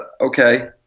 Okay